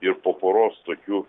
ir po poros tokių